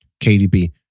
KDB